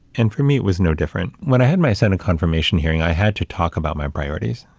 and for me, it was no different. when i had my senate confirmation hearing, i had to talk about my priorities.